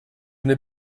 n’ai